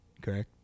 correct